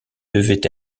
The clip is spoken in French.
devaient